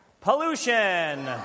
pollution